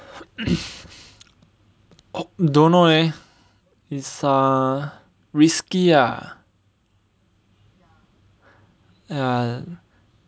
don't know leh is err risky ya ya